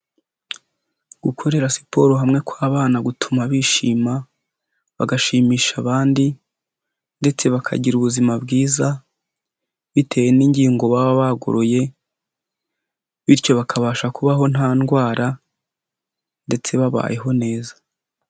Gukorera siporo hamwe kw'abana gutuma bishima, bagashimisha abandi ndetse bakagira ubuzima bwiza, bitewe n'ingingo baba bagoroye, bityo bakabasha kubaho nta ndwara ndetse babayeho neza.